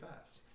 fast